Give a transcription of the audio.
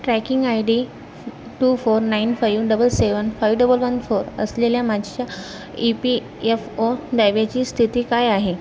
tracking ID two four nine five double seven five double one four असलेल्या माझ्या E P F O दाव्याची स्थिती काय आहे